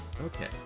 Okay